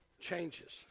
Changes